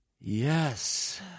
Yes